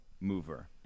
mover